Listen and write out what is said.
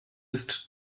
ist